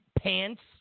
pants